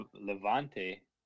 Levante